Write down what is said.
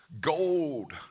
Gold